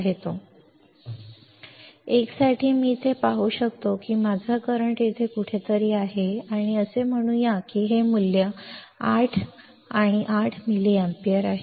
1 साठी मी येथे पाहू शकतो की माझा करंट येथे कुठेतरी आहे आणि असे म्हणूया की हे मूल्य 8 आणि 8 मिलीअँपिअर आहे